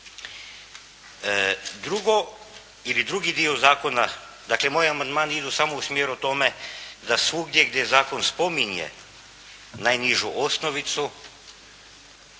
Drugo ili drugi dio zakona, dakle moji amandmani idu samo u smjeru tome da svugdje gdje zakon spominje najnižu osnovicu